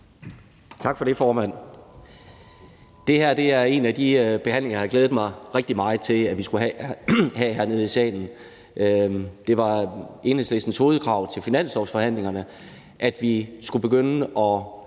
Tak for det, formand. Det her er en af de behandlinger, jeg har glædet mig rigtig meget til vi skulle have hernede i salen. Det var Enhedslistens hovedkrav til finanslovsforhandlingerne, at vi skulle begynde at